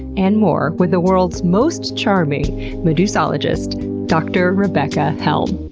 and more with the world's most charming medusologist dr. rebecca helm.